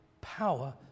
power